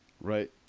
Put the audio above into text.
Right